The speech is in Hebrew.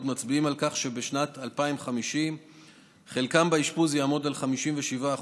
מצביעים על כך שבשנת 2050 חלקם באשפוז יעמוד על 57%,